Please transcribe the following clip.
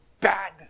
bad